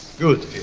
good